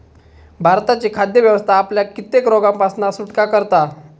भारताची खाद्य व्यवस्था आपल्याक कित्येक रोगांपासना सुटका करता